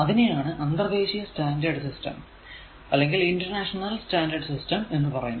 അതിനെയാണ് അന്തർദേശിയ standard system എന്ന് പറയുന്നത്